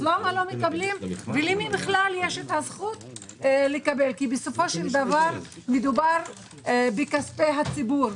למה לא מקבלים ולמי יש הזכות לקבל כי מדובר בכספי הציבור.